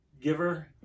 giver